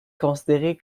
considérée